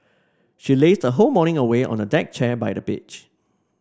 she lazed her whole morning away on a deck chair by the beach